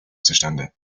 zustande